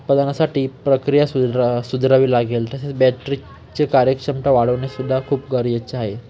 उत्पादनासाठी प्रक्रिया सुधरा सुधरावी लागेल तसेच बॅटरीचे कार्यक्ष्रमता वाढवणे सुद्धा खूप गरजेचं आहे